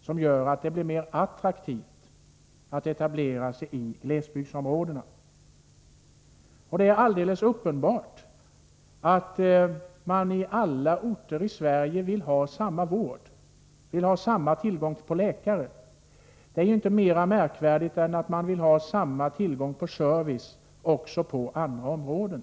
som medför att det blir mer attraktivt att etablera sig i glesbygdsområdena. Det är alldeles uppenbart att man i alla orter i Sverige vill ha samma vård och samma tillgång på läkare. Det är ju inte mer märkvärdigt än att man vill ha samma tillgång på service också inom andra områden.